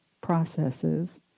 processes